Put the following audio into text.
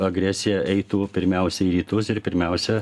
agresija eitų pirmiausia į rytus ir pirmiausia